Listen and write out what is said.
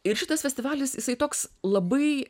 ir šitas festivalis jisai toks labai